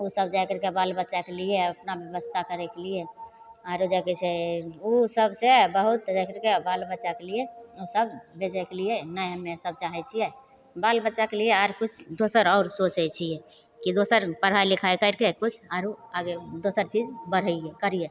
ओसब जा करिके बाल बच्चाके लिए अपना बेबस्था करैके लिए आओर जाके छै ओहि सबसे बहुत जा करिके बाल बच्चाके लिए ओ सभ बेचैके लिए नहि हमेसभ चाहै छिए बाल बच्चाके लिए आओर किछु दोसर आओर सोचै छिए कि दोसर पढ़ाइ लिखाइ करिके किछु आओर आगे दोसर चीज बढ़ैए करिए